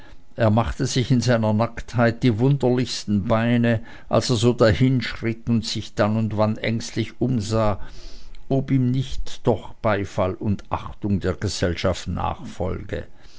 er machte in seiner nacktheit die wunderlichsten beine als er so dahinschritt und sich dann und wann ängstlich umsah ob ihm noch nicht beifall und achtung der gesellschaft nachfolge